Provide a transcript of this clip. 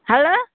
hello